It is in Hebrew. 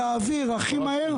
להעביר הכי מהר.